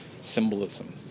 symbolism